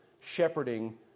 shepherding